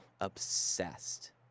Obsessed